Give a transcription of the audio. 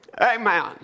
amen